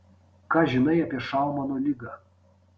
ką žinai apie šaumano ligą